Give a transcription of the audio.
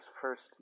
first